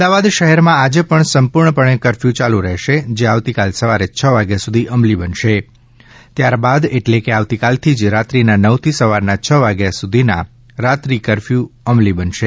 અમદાવાદ શહેરમાં આજે પણ સંપૂર્ણપણે કરફયુ યાલુ રહેશે જે આવતીકાલ સવારે છ વાગ્યા સુધી અમલી બનશે ત્યારબાદ એટલે કે આવતીકાલથી જ રાત્રીના નવથી સવારના છ વાગ્યા સુધીનો રાત્રી કરફયુ અમલી બનશે